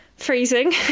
freezing